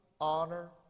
honor